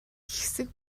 хэсэг